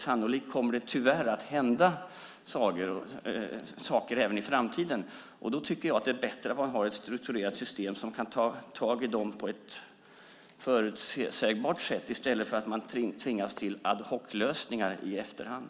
Sannolikt kommer det tyvärr att hända saker även i framtiden. Då är det bättre att ha ett strukturerat system som kan ta tag i frågorna på ett förutsägbart sätt i stället för att tvingas till ad hoc-lösningar i efterhand.